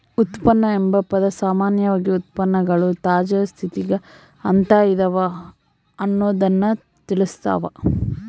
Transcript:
ಉತ್ಪನ್ನ ಎಂಬ ಪದ ಸಾಮಾನ್ಯವಾಗಿ ಉತ್ಪನ್ನಗಳು ತಾಜಾ ಸ್ಥಿತಿಗ ಅಂತ ಇದವ ಅನ್ನೊದ್ದನ್ನ ತಿಳಸ್ಸಾವ